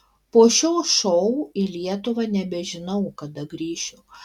po šio šou į lietuvą nebežinau kada grįšiu